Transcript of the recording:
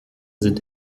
sind